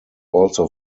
also